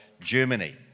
Germany